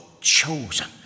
chosen